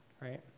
right